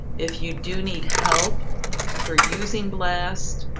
if you do need help for using blast,